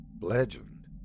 Legend